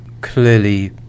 clearly